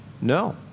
No